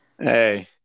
Hey